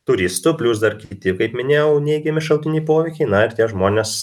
turistų plius dar kiti kaip minėjau neigiami šalutiniai poveikiai na ir tie žmonės